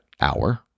hour